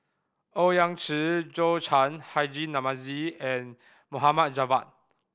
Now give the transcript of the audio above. Owyang Chi Zhou Can Haji Namazie and Mohammed Javad